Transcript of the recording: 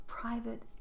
private